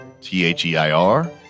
T-H-E-I-R